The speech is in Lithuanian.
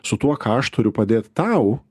su tuo ką aš turiu padėt tau